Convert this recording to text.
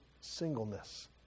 singleness